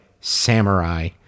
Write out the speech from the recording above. samurai